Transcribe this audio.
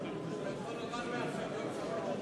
סיעת רע"ם-תע"ל להביע אי-אמון בממשלה לא נתקבלה.